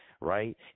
right